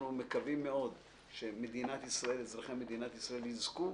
אנחנו מקווים מאוד שאזרחי מדינת ישראל יזכו